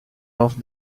off